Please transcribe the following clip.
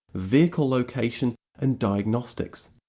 vehicle location and diagnostics.